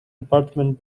apartment